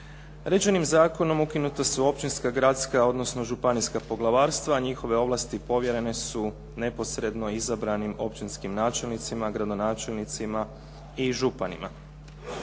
Rečenim zakonom ukinuta su općinska, gradska, odnosno županijska poglavarstva, a njihove ovlasti povjerene su neposredno izabranim općinskim načelnicima, gradonačelnicima i županima.